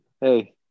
hey